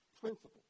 Principle